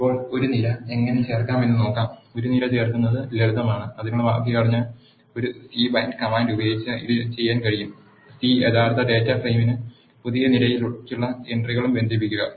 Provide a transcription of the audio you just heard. ഇപ്പോൾ ഒരു നിര എങ്ങനെ ചേർക്കാമെന്ന് നോക്കാം ഒരു നിര ചേർക്കുന്നത് ലളിതമാണ് അതിനുള്ള വാക്യഘടന ഒരു സി ബൈൻഡ് കമാൻഡ് ഉപയോഗിച്ച് ഇത് ചെയ്യാൻ കഴിയും c യഥാർത്ഥ ഡാറ്റാ ഫ്രെയിമും പുതിയ നിരയ്ക്കുള്ള എൻ ട്രികളും ബന്ധിപ്പിക്കുക